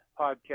Podcast